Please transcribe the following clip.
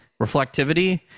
reflectivity